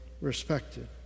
respected